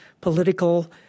political